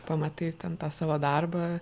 pamatai ten tą savo darbą